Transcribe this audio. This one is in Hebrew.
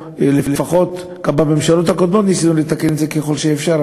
לפחות גם בממשלות הקודמות ניסינו לתקן את זה ככל שאפשר,